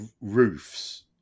roofs